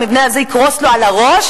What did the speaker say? המבנה הזה יקרוס לו על הראש,